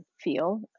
feel